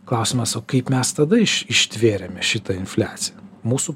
klausimas o kaip mes tada iš ištvėrėme šitą infliaciją mūsų